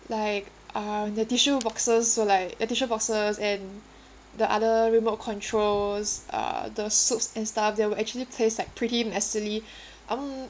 like uh the tissue boxes were like the tissue boxes and the other remote controls uh the soaps and stuff they were actually placed like pretty messily um